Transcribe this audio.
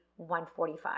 145